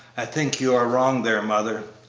i think you are wrong there, mother.